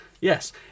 Yes